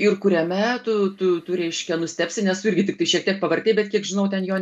ir kuriame tu tu tu reiškia nustebsi nes tu irgi tik šiek tiek pavartei bet kiek žinau ten jo